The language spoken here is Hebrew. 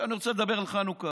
עכשיו אני רוצה לדבר על חנוכה.